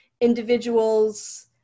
individuals